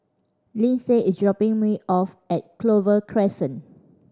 Linsey is dropping me off at Clover Crescent